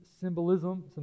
symbolism